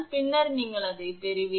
பின்னர் நீங்கள் அதைப் பெறுவீர்கள்